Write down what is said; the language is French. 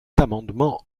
amendement